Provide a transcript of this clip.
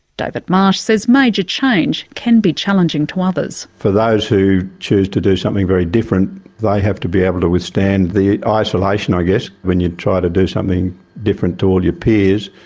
david marsh says major change can be challenging to others. for those who choose to do something very different, they have to be able to withstand the isolation i guess. when you try to do something different to all of your peers,